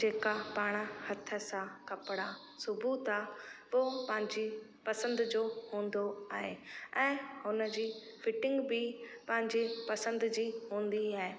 जेका पाण हथ सां कपिड़ा सुबूं था हो पंहिंजी पसंदि जो हूंदो आहे ऐं हुन जी फिटींग बि पंहिंजे पसंदि जी हूंदी आहे